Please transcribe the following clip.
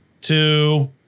two